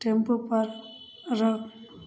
टेम्पूपर रह